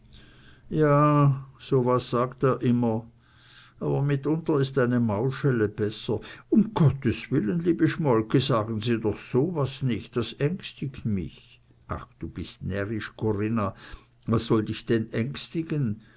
ja so was sagt er immer aber mitunter ist eine maulschelle besser um gottes willen liebe schmolke sagen sie doch so was nicht das ängstigt mich ach du bist närrisch corinna was soll dich denn ängstigen